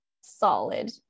solid